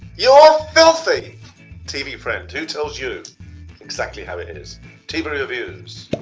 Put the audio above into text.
your filthy tv friend who tells you exactly how it is tv reviews